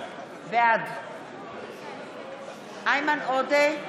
בעד איימן עודה,